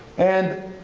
and,